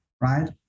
right